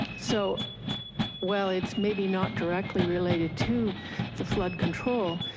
so while it's maybe not directly related to the flood control,